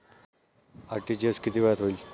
RTGS किती वेळात होईल?